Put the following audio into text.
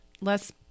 Less